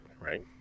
right